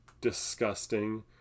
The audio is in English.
disgusting